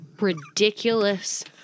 ridiculous—